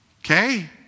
Okay